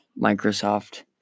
Microsoft